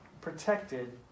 protected